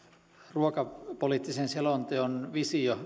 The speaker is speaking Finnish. ruokapoliittisen selonteon visio